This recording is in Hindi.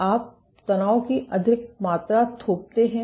आप तनाव की अधिक मात्रा थोपते हैं